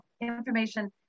information